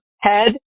head